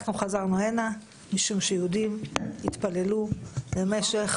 חזרנו הנה משום שיהודים התפללו במשך